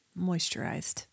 Moisturized